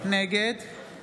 נגד